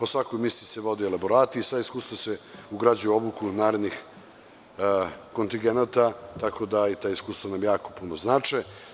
O svakoj misiji se vode elaborati, sva iskustva se ugrađuju u obuku narednih kontigenata, tako da i ta iskustva nam jako puno znače.